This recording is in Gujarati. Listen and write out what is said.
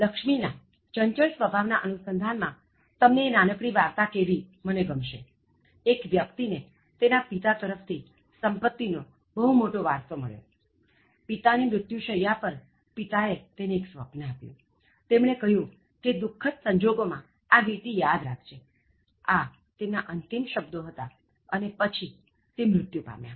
લક્ષ્મીના ચંચળ સ્વભાવ ના અનુસંધાન માં તમને એ નાનકડી વાર્તા કહેવી મને ગમશે એક વ્યક્તિ ને તેના પિતા તરફ થી સંપત્તિનો બહુ મોટો વારસો મળ્યો પિતા ની મૃત્યુ શૈયા પર પિતાએ તેને એક સ્વપ્ન આપ્યું તેમણે કહ્યું કે દુખદ્ સંજોગો માં આ વીંટી યાદ રાખજે આ તેમના અંતિમ શબ્દો હતા અને પછી તે મૃત્યું પામ્યા